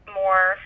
more